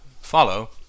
follow